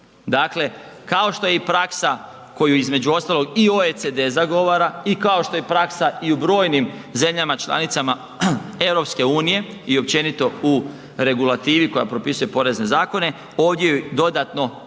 Dakle, kao što je i praksa koju između ostalog i OECD zagovara i kao što je praksa i u brojnim zemljama članicama EU i općenito u regulativi koja propisuje porezne zakone, ovdje ju dodatno